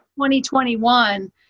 2021